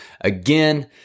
again